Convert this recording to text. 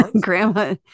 Grandma